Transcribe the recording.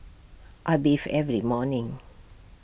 I bathe every morning